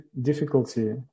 difficulty